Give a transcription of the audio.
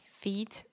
feet